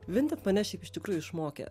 vinted mane šiaip iš tikrųjų išmokė